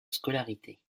scolarité